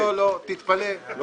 תתפלא אבל,